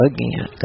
Again